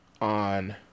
on